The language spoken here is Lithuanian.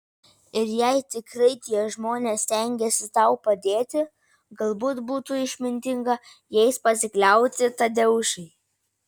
ir jei tikrai tie žmonės stengiasi tau padėti galbūt būtų išmintinga jais pasikliauti tadeušai